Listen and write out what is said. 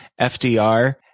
FDR